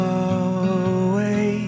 away